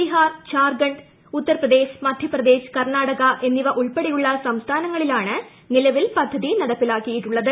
ബീഹാർ ഝാർഖണ്ഡ് ഉത്തർപ്പ്ട്ദേശ് മധ്യപ്രദേശ് കർണ്ണാടക എന്നിവ ഉൾപ്പെടെയുളള സംസ്ഥാനങ്ങളിലാണ് നിലവിൽ പദ്ധതി നടപ്പിലാക്കിയിട്ടുളളത്